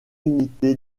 unité